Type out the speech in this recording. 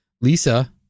Lisa